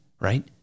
right